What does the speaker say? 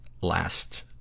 last